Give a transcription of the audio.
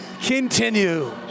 continue